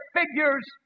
figures